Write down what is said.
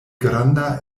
granda